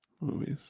Movies